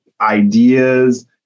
ideas